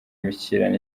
imishyikirano